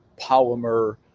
polymer